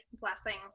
blessings